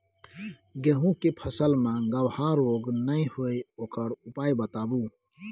गेहूँ के फसल मे गबहा रोग नय होय ओकर उपाय बताबू?